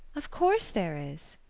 of course there is,